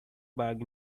barge